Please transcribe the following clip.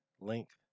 length